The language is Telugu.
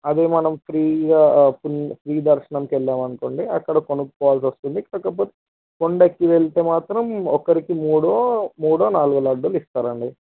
అది మనం ఫ్రీగా ఫ్రీ ఫ్రీ దర్శనానికి వెళ్ళాము అనుకోండి అక్కడ కొనుక్కోవాల్సి వస్తుంది కాకపోతే కొండ ఎక్కి వెళితే మాత్రం ఒకరికి మూడో మూడో నాలుగో లడ్డూలు ఇస్తారండి